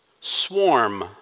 Swarm